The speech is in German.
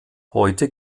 heute